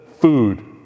food